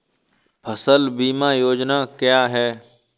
फसल बीमा योजना क्या है?